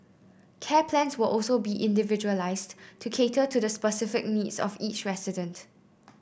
care plans will also be individualised to cater to the specific needs of each resident